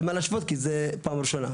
תודה רבה.